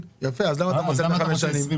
יפה אז אתה מבטל את ה-5 שנים?